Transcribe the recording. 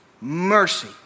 mercy